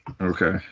okay